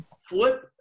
flip